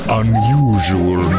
unusual